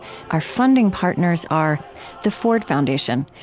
our funding partners are the ford foundation,